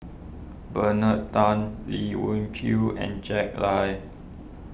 Bernard Tan Lee Wung Kilo and Jack Lai